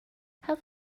have